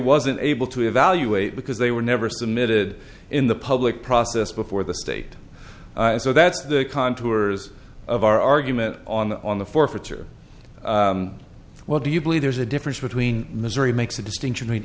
wasn't able to evaluate because they were never submitted in the public process before the state so that's the contours of our argument on the forfeiture what do you believe there's a difference between missouri makes a distinction